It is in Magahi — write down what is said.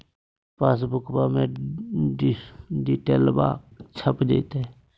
पासबुका में डिटेल्बा छप जयते?